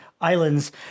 islands